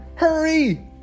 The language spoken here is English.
hurry